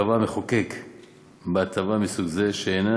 קבע המחוקק כי בהטבה מסוג זה שאיננה